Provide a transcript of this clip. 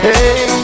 Hey